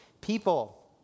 people